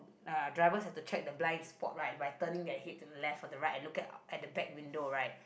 uh driver have to check the blind spot right by turning their head to the left or the right and look at the back window right